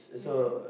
mmhmm